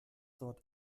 dort